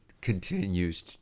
continues